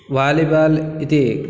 volleyball इति